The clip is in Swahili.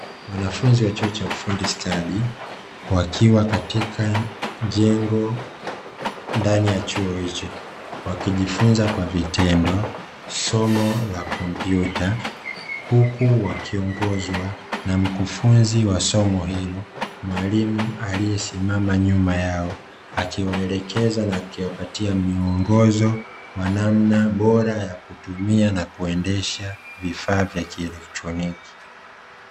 Wanachuo wa chuo cha ufundi stadi wakiwa katika jengo ndani ya chuo hicho wakijifunza kwa vitendo somo la kompyuta. Huku wakiongozwa mkufunzi wa somo hilo mwalimu aliyesimama nyuma yao, akiwaelekeza na kuwafpatia miiongozo na namna bora ya kutumia na kuendesha vifaa vya kielektroniki.